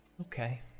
okay